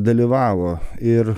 dalyvavo ir